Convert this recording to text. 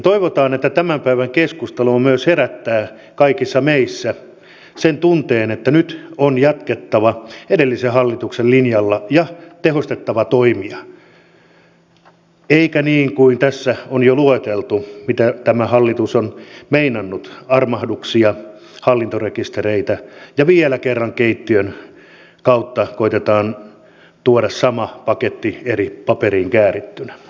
toivotaan että tämän päivän keskustelu myös herättää kaikissa meissä sen tunteen että nyt on jatkettava edellisen hallituksen linjalla ja tehostettava toimia eikä niin kuin tässä on jo lueteltu mitä tämä hallitus on meinannut armahduksia hallintarekistereitä ja vielä kerran keittiön kautta koetetaan tuoda sama paketti eri paperiin käärittynä